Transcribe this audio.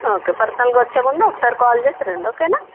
okay పర్సనల్గా వచ్చే ముందు ఒకసారి కాల్ చేసి రండి ఓకేనా